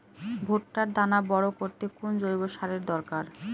ভুট্টার দানা বড় করতে কোন জৈব সারের দরকার?